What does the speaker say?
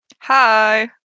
Hi